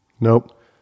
Nope